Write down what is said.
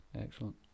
Excellent